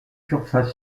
surface